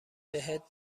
بهت